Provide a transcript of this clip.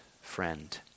friend